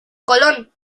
colón